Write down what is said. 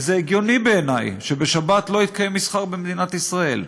וזה הגיוני בעיניי שבשבת לא יתקיים מסחר במדינת ישראל.